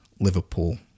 Liverpool